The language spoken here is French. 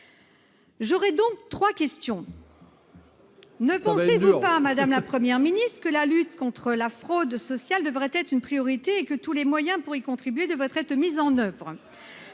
J'aurais donc 3 questions, ne pensez-vous pas madame la première ministre que la lutte contre la fraude sociale devrait être une priorité et que tous les moyens pour y contribuer, de votre être mise en oeuvre,